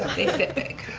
they fit big.